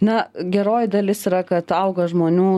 na geroji dalis yra kad auga žmonių